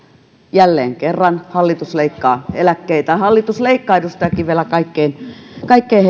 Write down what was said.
jälleen kerran hallitus leikkaa eläkkeitä hallitus leikkaa edustaja kivelä kaikkein kaikkein